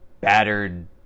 battered